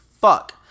fuck